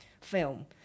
film